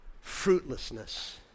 Fruitlessness